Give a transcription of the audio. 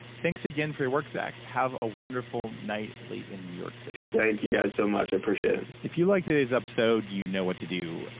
thanks again for your work, zach. have a wonderful night late in new york city. thank you guys so much. i appreciate it. if you like today's episode, you know what to do.